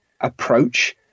approach